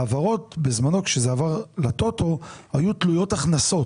העברות, בזמנו כשזה עבר ל-טוטו, היו תלויות הכנסות